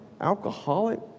alcoholic